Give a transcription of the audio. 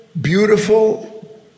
beautiful